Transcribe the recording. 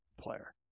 player